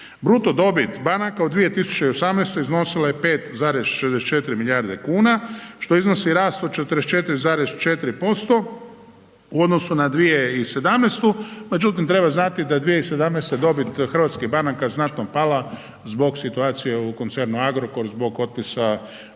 Bruto dobit banaka u 2008. iznosila je 5,64 milijarde kuna što iznosi rast od 44,4% u odnosu na 2017. međutim treba znati da 2017. dobit hrvatskih banaka je znatno pala zbog situacije u koncernu Agrokor, zbog otpisa onih